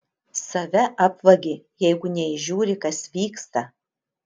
save apvagi jeigu neįžiūri kas vyksta